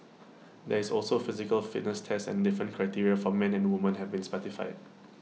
there is also A physical fitness test and different criteria for men and women have been specified